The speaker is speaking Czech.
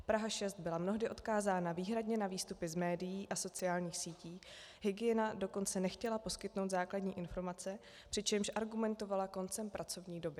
Praha 6 byla mnohdy odkázána výhradně na výstupy z médií a sociálních sítí, hygiena dokonce nechtěla poskytnout základní informace, přičemž argumentovala koncem pracovní doby.